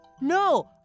No